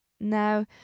Now